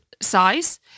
size